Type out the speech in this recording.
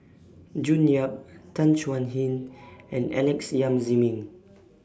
June Yap Tan Chuan Jin and Alex Yam Ziming